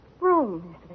room